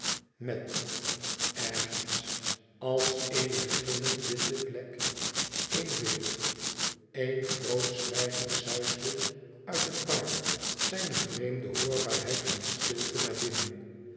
met ergens als ééne gillend witte vlek éen beeld een groot zwijgen suisde uit het park zijne vreemde hoorbaarheid van stilte naar binnen